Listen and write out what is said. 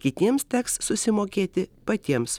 kitiems teks susimokėti patiems